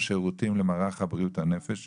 כוועדה שיש לה כוח לדרוש ממשרד הבריאות דרישה של תקנים,